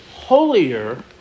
holier